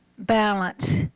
Balance